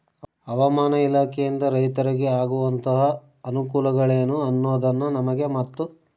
ಹವಾಮಾನ ಇಲಾಖೆಯಿಂದ ರೈತರಿಗೆ ಆಗುವಂತಹ ಅನುಕೂಲಗಳೇನು ಅನ್ನೋದನ್ನ ನಮಗೆ ಮತ್ತು?